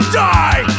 die